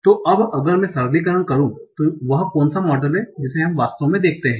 तो अब अगर मैं सरलीकरण करूँ तो वह कौन सा मॉडल है जिसे हम वास्तव में देखते हैं